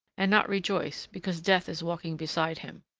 and not rejoice because death is walking beside him.